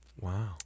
wow